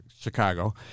Chicago